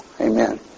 Amen